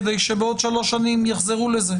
כדי שבעוד שלוש שנים יחזרו לזה,